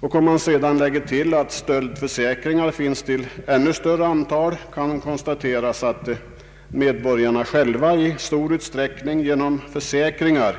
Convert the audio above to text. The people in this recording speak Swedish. Om man därtill lägger ett ännu större antal stöldförsäkringar kan man konstatera att medborgarna själva i stor utsträckning genom försäkringar